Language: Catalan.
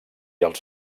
els